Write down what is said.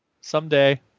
Someday